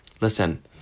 listen